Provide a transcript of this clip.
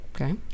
Okay